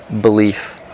belief